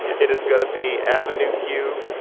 it has got to be avenue q.